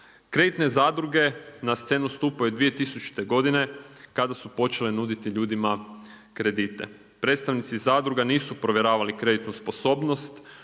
Kreditne zadruge na scenu stupaju 2000. godine kada su počele nuditi ljudima kredite. Predstavnici zadruga nisu provjeravali kreditnu sposobnost